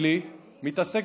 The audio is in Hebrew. עכשיו היא התיישרה,